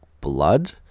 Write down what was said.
blood